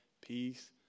peace